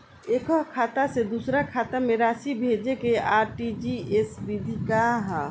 एकह खाता से दूसर खाता में राशि भेजेके आर.टी.जी.एस विधि का ह?